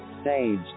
Stage